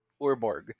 Urborg